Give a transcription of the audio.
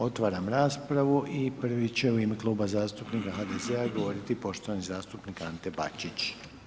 Otvaram raspravu i prvi će u ime Kluba zastupnika HDZ-a govoriti poštovani zastupnik Ante Bačić.